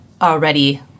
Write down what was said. already